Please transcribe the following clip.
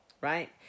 right